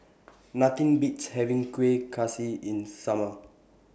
Nothing Beats having Kueh Kaswi in Summer